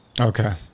Okay